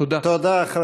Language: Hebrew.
תודה.